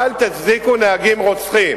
אף אחד לא תקף אותך,